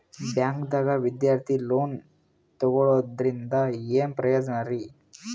ಬ್ಯಾಂಕ್ದಾಗ ವಿದ್ಯಾರ್ಥಿ ಲೋನ್ ತೊಗೊಳದ್ರಿಂದ ಏನ್ ಪ್ರಯೋಜನ ರಿ?